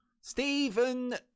stephen